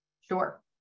Sure